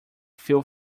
few